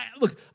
look